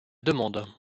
demande